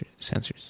sensors